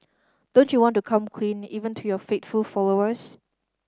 don't you want to come clean even to your faithful followers